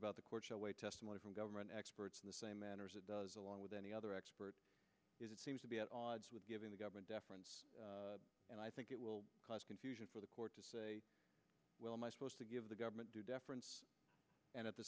about the court testimony from government experts in the same manner as it does along with any other expert it seems to be at odds with giving the government deference and i think it will cause confusion for the court to say well my supposed to give the government due deference and at the